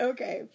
Okay